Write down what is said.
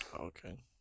Okay